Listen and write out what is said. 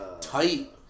tight